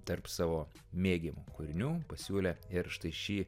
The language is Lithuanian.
tarp savo mėgiamų kūrinių pasiūlė ir štai šį